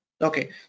Okay